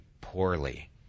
poorly